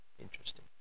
Interesting